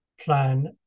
Plan